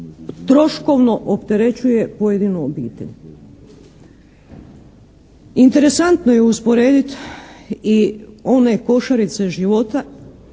troškovno opterećuje pojedinu obitelj. Interesantno je usporediti i one košarice života